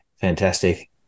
fantastic